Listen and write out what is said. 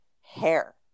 hair